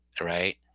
right